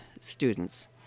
students